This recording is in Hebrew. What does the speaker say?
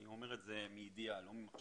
אני אומר את זה מידיעה ולא ממחשבה.